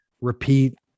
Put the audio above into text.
repeat